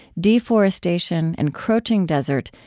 deforestation, encroaching desert,